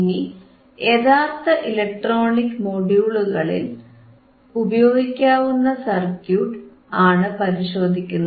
ഇനി യഥാർത്ഥ ഇലക്ട്രോണിക് മൊഡ്യൂകളിൽ ഉപയോഗിക്കാവുന്ന സർക്യൂട്ട് ആണ് പരിശോധിക്കുന്നത്